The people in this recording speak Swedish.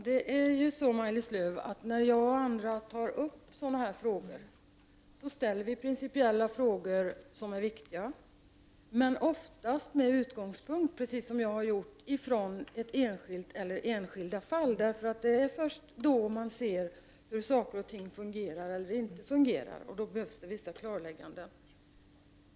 Herr talman! Maj-Lis Lööw, när jag och andra tar upp frågor av den här typen ställer vi viktiga principiella frågor ofta med utgångspunkt i enskilda fall. Det är först då man ser hur saker och ting fungerar eller inte fungerar, och då behövs det vissa klarlägganden.